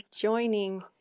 joining